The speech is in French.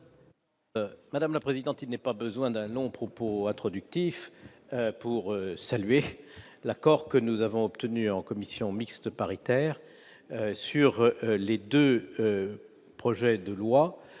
Madame la présidente, il n'est nul besoin d'un long propos introductif pour saluer l'accord que nous avons obtenu en commission mixte paritaire sur les deux projets de loi,